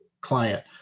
client